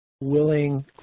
willing